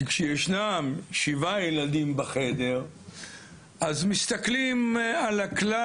כשישנם 7 ילדים בחדר אז מסתכלים על הכלל.